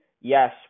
Yes